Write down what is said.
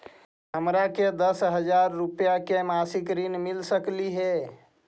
हमरा के दस हजार रुपया के मासिक ऋण मिल सकली हे?